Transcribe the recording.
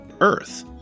earth